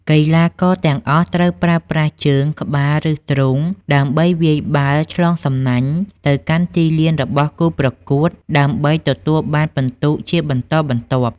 កីឡាករទាំងអស់ត្រូវប្រើប្រាស់ជើង ក្បាល ឬទ្រូងដើម្បីវាយបាល់ឆ្លងសំណាញ់ទៅកាន់ទីលានរបស់គូប្រកួតដើម្បីទទួលបានពិន្ទុជាបន្តបន្ទាប់។